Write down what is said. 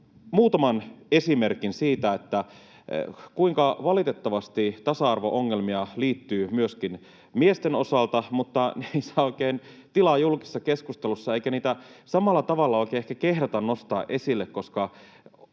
muutaman esimerkin, mitä tasa-arvo-ongelmia valitettavasti on myöskin miesten osalta, mutta ne eivät saa oikein tilaa julkisessa keskustelussa eikä niitä samalla tavalla oikein ehkä kehdata nostaa esille, koska